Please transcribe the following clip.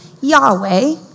Yahweh